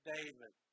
David